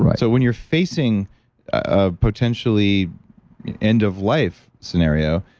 but so when you're facing a potentially end of life scenario,